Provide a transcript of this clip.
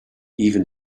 even